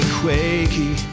quaky